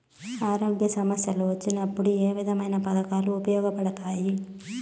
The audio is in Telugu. ఆరోగ్య సమస్యలు వచ్చినప్పుడు ఏ విధమైన పథకాలు ఉపయోగపడతాయి